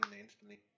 instantly